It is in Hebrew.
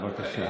בבקשה.